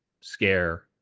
scare